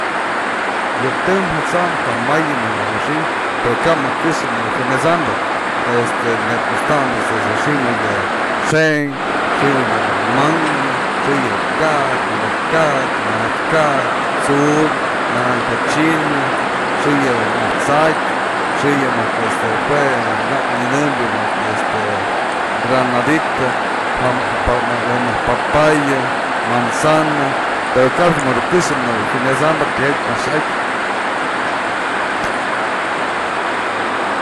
Yë tëm yë t'sam ja may du mëjk xi'i pero kap më këxë nëwë jyamet'sambë este nebyë ëxtamët's yë mejk xë'ënkë, xi'i yë mëjk mango, xi'i yë ka'ak, le'ek ka'ak, maja'adë ka'ak, tsu'ukyë, naranja china, xi'i yë mëjk t'sa'ëpë, xi'i yë mëjk este jue nak nyanënbya mëjk este granadita, je mëjk papayam. manzana pero ka'abë mëjk du këxë nëwë jyamet'sambë tijatyë mëjk xi'atyë.